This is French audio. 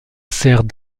sert